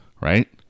Right